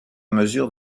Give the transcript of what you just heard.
mesure